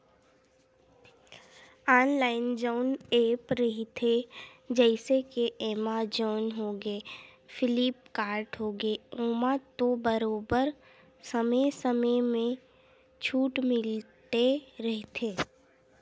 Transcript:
online जउन app रहिथे जइसे के एमेजॉन होगे, फ्लिपकार्ट होगे ओमा तो बरोबर समे समे म छूट मिलते रहिथे